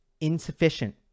insufficient